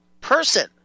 person